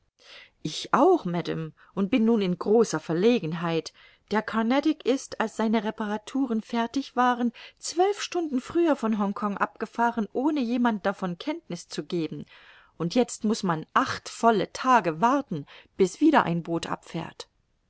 ich auch madame und bin nun in großer verlegenheit der carnatic ist als seine reparaturen fertig waren zwölf stunden früher von hongkong abgefahren ohne jemand davon kenntniß zu geben und jetzt muß man acht volle tage warten bis wieder ein boot abfährt